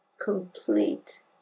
complete